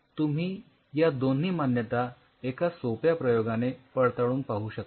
तुम्ही या दोन्ही मान्यता एका सोप्या प्रयोगाने पडताळून पाहू शकता